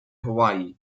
hawaii